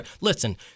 Listen